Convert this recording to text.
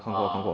ah